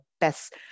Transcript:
best